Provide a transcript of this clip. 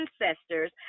ancestors